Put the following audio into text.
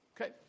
okay